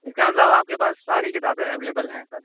اس کا مطلب آپ کے پاس ساری کتابیں ایویلیبل ہیں سر